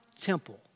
temple